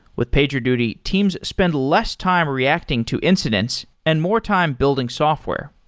with pagerduty, teams spend less time reacting to incidents and more time building software.